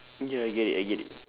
okay I get it I get it